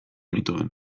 nituen